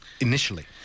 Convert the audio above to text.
initially